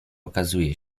okazuje